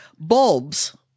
Bulbs